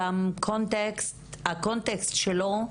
שהוא יכול להיות על פניו נראה רגיל,